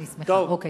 תם הפרק הזה.